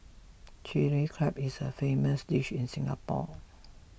Chilli Crab is a famous dish in Singapore